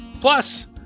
Plus